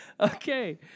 Okay